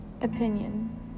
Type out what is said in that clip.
Opinion